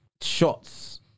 shots